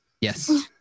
yes